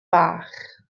bach